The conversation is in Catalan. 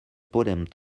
podem